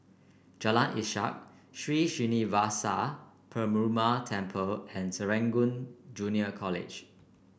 Jalan Ishak Sri Srinivasa Perumal Temple and Serangoon Junior College